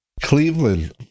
Cleveland